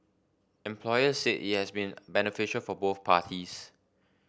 employers said it has been beneficial for both parties